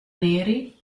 neri